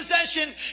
possession